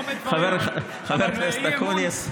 חבר הכנסת אקוניס.